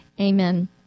Amen